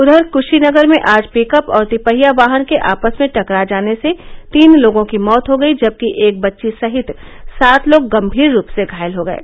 उधर कुशीनगर में आज पिकप और तिपहिया वाहन के आपस में टकरा जाने से तीन लोगों की मौत हो गयी जबकि एक बच्ची सहित सात लोग गम्मीर रूप से घायल हो गये